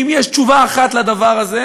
ואם יש תשובה אחת לדבר הזה